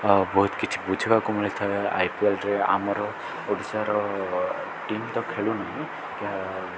ବହୁତ କିଛି ବୁଝିବାକୁ ମିଳିଥାଏ ଆଇପିଏଲ୍ରେ ଆମର ଓଡ଼ିଶାର ଟିମ୍ ତ ଖେଳୁ ନାହିଁ